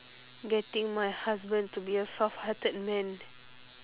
getting my husband to be a soft hearted man